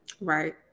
Right